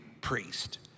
priest